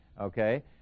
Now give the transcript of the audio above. Okay